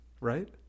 Right